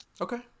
Okay